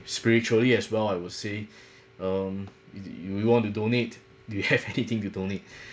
spiritually as well I would say um you you want to donate do you have anything to donate